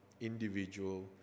individual